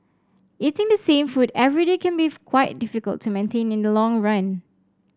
eating the same food every day can be quite difficult to maintain in the long run